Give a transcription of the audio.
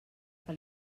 que